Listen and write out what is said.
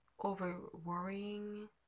over-worrying